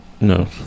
no